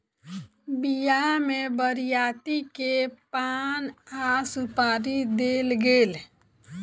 विवाह में बरियाती के पान आ सुपारी देल गेल